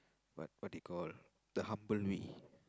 what what do you call the humble we